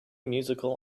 musical